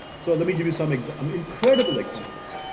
so let me give you some um incredible examples.